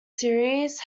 series